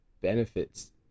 benefits